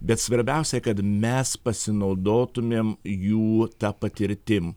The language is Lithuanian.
bet svarbiausiai kad mes pasinaudotumėm jų ta patirtim